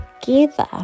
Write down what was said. together